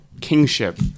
kingship